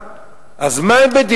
מה, לוקחים אותם לתלייה?